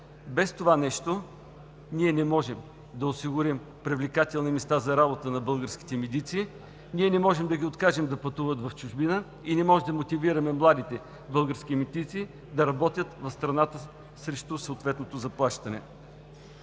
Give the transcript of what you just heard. без това нещо ние не можем да осигурим привлекателни места за работа на българските медици, ние не можем да ги откажем да пътуват в чужбина и не можем да мотивираме младите български медици да работят в страната срещу съответното заплащане.